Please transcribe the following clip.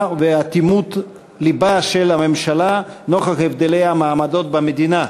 ואטימות לבה של הממשלה נוכח הבדלי המעמדות במדינה.